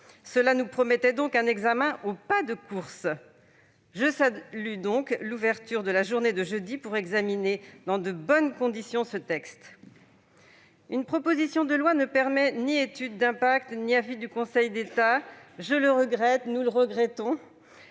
Cela promettait un examen au pas de course ! Je salue donc l'ouverture de la journée de jeudi pour examiner ce texte dans de bonnes conditions. Une proposition de loi ne permet ni étude d'impact ni avis du Conseil d'État. Je le regrette, car ce texte porte